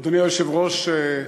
אדוני היושב-ראש,